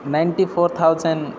ninety four thousand